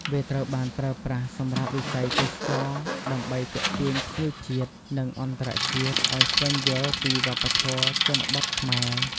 វាត្រូវបានប្រើប្រាស់សម្រាប់វិស័យទេសចរណ៍ដើម្បីទាក់ទាញភ្ញៀវជាតិ និងអន្តរជាតិឱ្យស្វែងយល់ពីវប្បធម៌ជនបទខ្មែរ ។